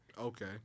Okay